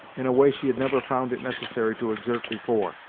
in a way she had never found it necessary to exert before.